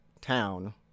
town